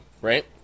right